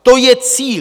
To je cíl.